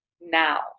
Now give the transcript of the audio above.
now